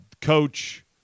Coach